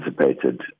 anticipated